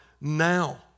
now